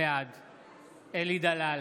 בעד אלי דלל,